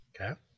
Okay